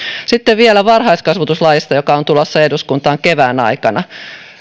sitten vielä varhaiskasvatuslaista joka on tulossa eduskuntaan kevään aikana